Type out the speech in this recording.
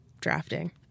drafting